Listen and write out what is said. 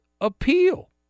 appeal